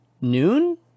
noon